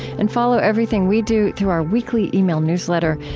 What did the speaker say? and follow everything we do through our weekly email newsletter.